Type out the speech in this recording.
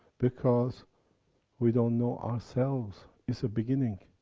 because we don't know ourselves. it's a beginning.